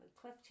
Cliff